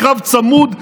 הקרב צמוד,